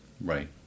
Right